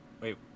Wait